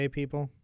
people